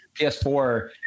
PS4